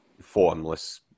formless